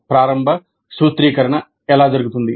ప్రారంభ సూత్రీకరణ ఎలా జరుగుతుంది